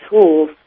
tools